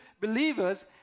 believers